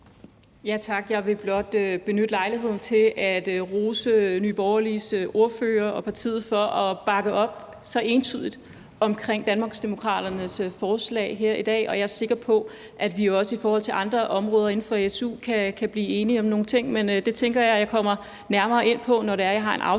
Tak. Jeg vil blot benytte lejligheden til at rose Nye Borgerliges ordfører og partiet for at bakke så entydigt op omkring Danmarksdemokraternes forslag her i dag. Og jeg er sikker på, at vi også i forhold til andre områder inden for su kan blive enige om nogle ting, men det tænker jeg at jeg kommer nærmere ind på, når det er, at jeg har en afsluttende